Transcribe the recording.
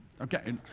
Okay